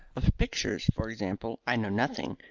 of pictures, for example, i know nothing,